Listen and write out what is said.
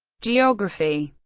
geography